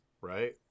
Right